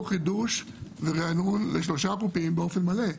חידוש וריענון לשלושה חופים באופן מלא,